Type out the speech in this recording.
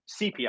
CPI